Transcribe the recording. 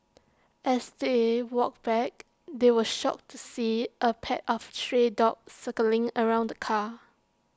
as they walked back they were shocked to see A pack of stray dogs circling around the car